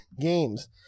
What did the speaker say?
games